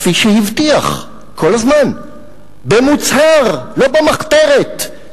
כפי שהבטיח כל הזמן, במוצהר ולא במחתרת,